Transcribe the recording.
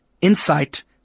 insight